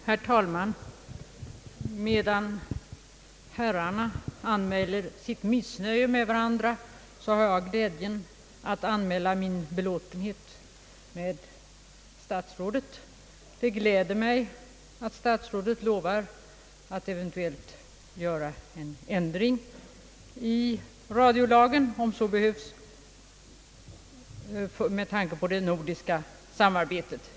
Herr talman! Medan herrarna anmäler sitt missnöje med varandra har jag glädjen att anmäla min belåtenhet med statsrådet. Det gläder mig att statsrådet lovar att, om så behövs, göra en ändring i radiolagen med tanke på det nordiska samarbetet.